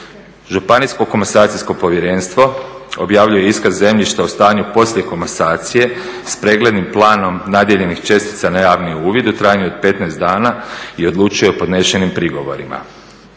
Županijsko komasacijsko povjerenstvo objavljuje iskaz zemljišta o stanju poslije komasacije s preglednim planom nadijeljenih čestica na javni uvid u trajanju od 15 dana i odlučuje o podnesenim prigovorima.